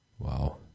Wow